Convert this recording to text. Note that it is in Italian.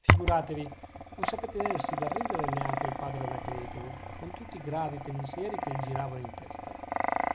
figuratevi non seppe tenersi dal ridere neanche il padre anacleto con tutti i gravi pensieri che gli giravano in testa